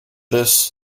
this